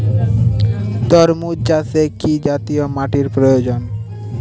তরমুজ চাষে কি জাতীয় মাটির প্রয়োজন?